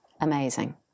Amazing